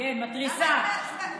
כן, מתריסה.